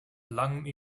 langem